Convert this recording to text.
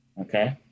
Okay